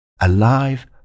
alive